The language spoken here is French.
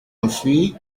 enfui